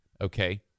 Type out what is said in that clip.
okay